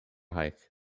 hike